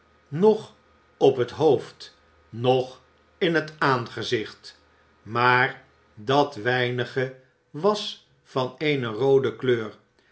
noch op het hoofd noch in het aangezicht maar dat weinige was van eene roode kleur